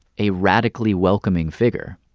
a radically welcoming figure